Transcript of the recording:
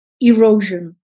erosion